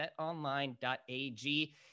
betonline.ag